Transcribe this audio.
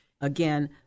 Again